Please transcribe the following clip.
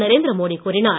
நரேந்திர மோடி கூறினார்